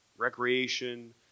recreation